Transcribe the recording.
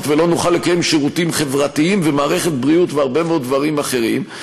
ולא נוכל לקיים שירותים חברתיים ומערכת בריאות והרבה מאוד דברים אחרים,